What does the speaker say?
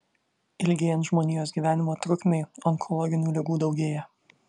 ilgėjant žmonijos gyvenimo trukmei onkologinių ligų daugėja